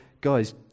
guys